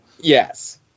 Yes